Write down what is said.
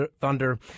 Thunder